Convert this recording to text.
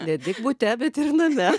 ne tik bute bet ir name